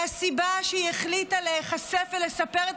והסיבה שהיא החליטה להיחשף ולספר את